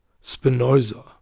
Spinoza